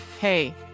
hey